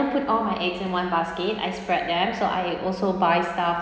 don't put all my eggs in one basket I spread them so I also buy stuff